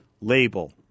label